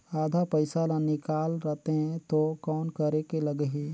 आधा पइसा ला निकाल रतें तो कौन करेके लगही?